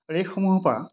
আৰু এইসমূহৰ পৰা